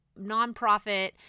nonprofit